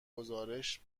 گزارش